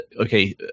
okay